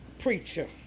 preacher